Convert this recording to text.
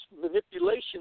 manipulation